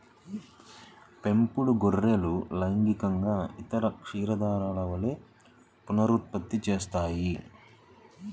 పెంపుడు గొర్రెలు లైంగికంగా ఇతర క్షీరదాల వలె పునరుత్పత్తి చేస్తాయి